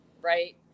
right